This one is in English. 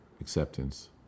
acceptance